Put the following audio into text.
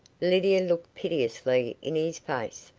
lydia looked piteously in his face,